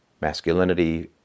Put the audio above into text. masculinity